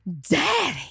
Daddy